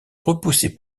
repoussé